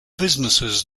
businesses